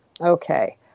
Okay